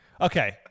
okay